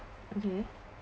okay